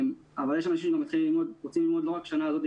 אבל יש אנשים שרוצים ללמוד לא רק בשנה הזאת אלא